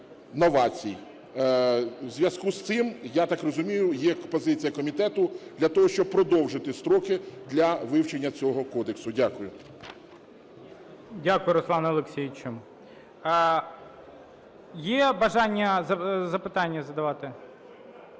В зв'язку з цим, я так розумію, є позиція комітету для того, щоб продовжити строки для вивчення цього кодексу. Дякую. ГОЛОВУЮЧИЙ. Дякую, Руслане Олексійовичу. Є бажання запитання задавати?